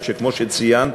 שכמו שציינת,